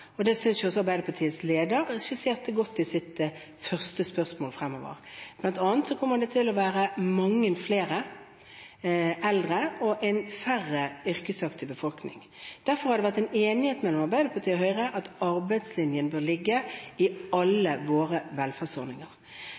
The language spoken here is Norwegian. og det synes jeg også Arbeiderpartiets leder skisserte godt i sitt første spørsmål, bl.a. kommer det til å være mange flere eldre og færre yrkesaktive i befolkningen. Derfor har det vært en enighet mellom Arbeiderpartiet og Høyre om at arbeidslinjen bør ligge i alle våre velferdsordninger,